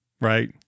right